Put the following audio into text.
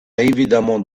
évidemment